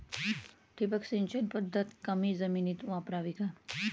ठिबक सिंचन पद्धत कमी जमिनीत वापरावी का?